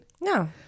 No